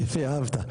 יפה אהבת?